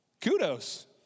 kudos